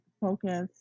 focus